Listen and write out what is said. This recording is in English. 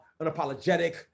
unapologetic